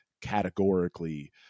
categorically